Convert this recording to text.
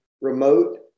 remote